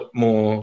more